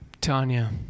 Tanya